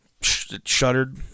shuddered